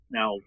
Now